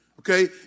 Okay